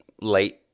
late